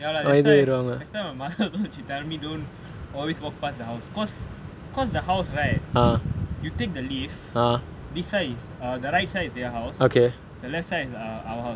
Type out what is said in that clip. ya lah that's why that's why my mother say don't walk pass the house because because the house right you take the lift the right side is their house the left side is our house